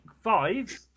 five